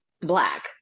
black